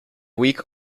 weak